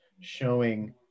showing